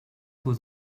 with